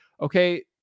Okay